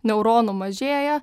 neuronų mažėja